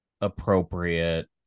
appropriate